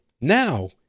Now